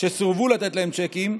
שסורבו לתת להם צ'קים,